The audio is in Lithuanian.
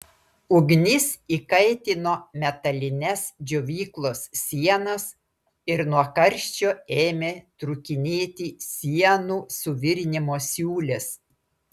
ugnis įkaitino metalines džiovyklos sienas ir nuo karščio ėmė trūkinėti sienų suvirinimo siūlės